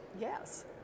Yes